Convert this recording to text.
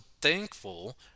thankful